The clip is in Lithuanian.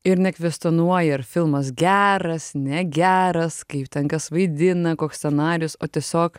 ir nekvestionuoji ar filmas geras negeras kaip ten kas vaidina koks scenarijus o tiesiog